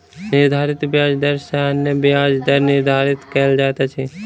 निर्धारित ब्याज दर सॅ अन्य ब्याज दर निर्धारित कयल जाइत अछि